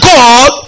God